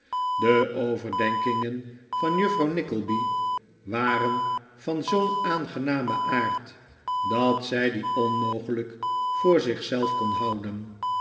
de overdenkingen van juffrouw nickleby waren van zoo'n aangenamen aard dat zij die onmogelijk voor zich zelf kon houden